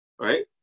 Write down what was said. right